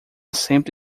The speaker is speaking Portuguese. sempre